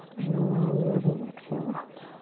and a long, loving exhale out.